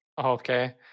Okay